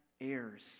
heirs